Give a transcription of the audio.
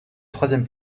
troisième